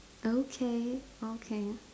okay okay